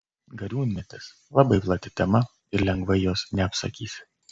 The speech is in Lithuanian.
gariūnmetis labai plati tema ir lengvai jos neapsakysi